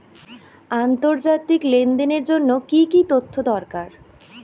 আন্তর্জাতিক লেনদেনের জন্য কি কি তথ্য দরকার?